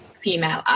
female